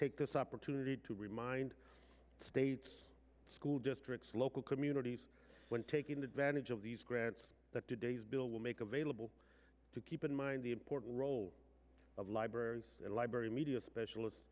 take this opportunity to remind states school districts local communities when taking advantage of these grants that today's bill will make available to keep in mind the important role of libraries and library media specialist